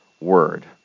word